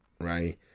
right